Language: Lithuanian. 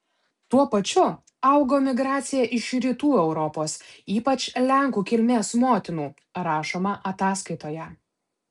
tuo pačiu augo migracija iš rytų europos ypač lenkų kilmės motinų rašoma ataskaitoje